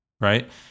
right